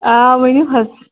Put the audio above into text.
آ ؤنِو حظ